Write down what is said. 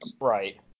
Right